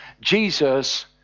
Jesus